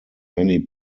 many